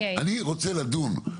אני רוצה לדון,